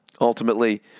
ultimately